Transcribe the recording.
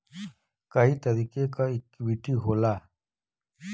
कई तरीके क इक्वीटी होला